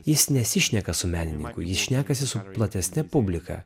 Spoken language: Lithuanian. jis nesišneka su menininku jis šnekasi su platesne publika